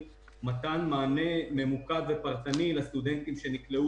מתן מענה ממוקד ופרטני לסטודנטים שנקלעו